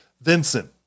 Vincent